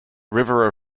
river